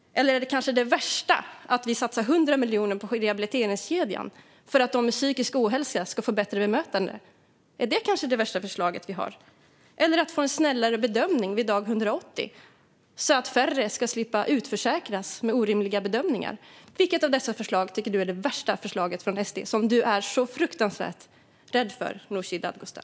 Är det värsta att vi satsar 100 miljoner på rehabiliteringskedjan för att de med psykisk ohälsa ska få ett bättre bemötande? Är detta kanske det värsta förslag vi har? Eller är det att man ska få en snällare bedömning vid dag 180, så att färre ska behöva utförsäkras med orimliga bedömningar? Vilket av dessa förslag tycker du är det värsta förslaget från SD, som du är så fruktansvärd rädd för, Nooshi Dadgostar?